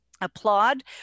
applaud